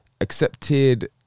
accepted